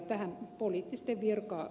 tähän poliittisten virkaa